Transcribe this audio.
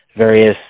various